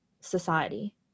society